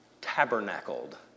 tabernacled